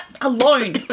alone